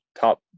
top